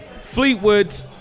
Fleetwood